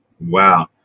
Wow